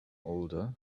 older